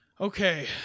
Okay